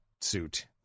suit